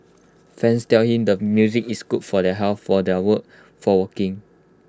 fans tell him the music is good for their health for their work for walking